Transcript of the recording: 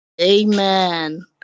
Amen